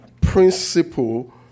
principle